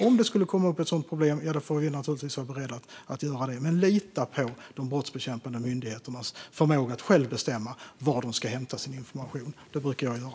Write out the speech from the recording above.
Om det skulle komma upp ett sådant problem, ja, då får vi naturligtvis vara beredda att göra något. Men lita på de brottsbekämpande myndigheternas förmåga att själva bestämma var de ska hämta sin information! Det brukar jag göra.